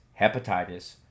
hepatitis